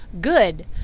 good